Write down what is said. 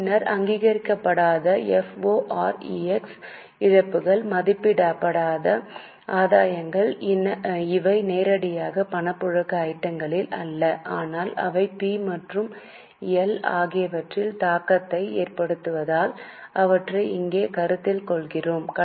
பின்னர் அங்கீகரிக்கப்படாத ஃபோரெக்ஸ் இழப்புகள் மதிப்பிடப்படாத ஆதாயங்கள் இவை நேரடியாக பணப்புழக்க ஐட்டம் கள் அல்ல ஆனால் அவை பி மற்றும் எல் ஆகியவற்றில் தாக்கத்தை ஏற்படுத்துவதால் அவற்றை இங்கே கருத்தில் கொள்கிறோம்